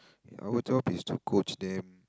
our job is to coach them